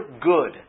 good